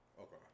Okay